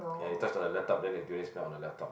ya you touch the laptop then the durian smell on the laptop